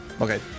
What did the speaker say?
Okay